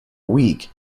week